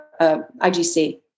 IGC